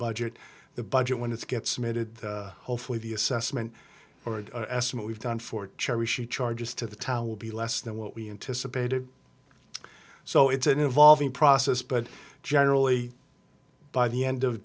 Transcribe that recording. budget the budget when it's get submitted hopefully the assessment or estimate we've done for cherry she charges to the tower will be less than what we anticipated so it's an evolving process but generally by the end of